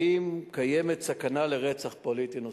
האם קיימת סכנה של רצח פוליטי נוסף?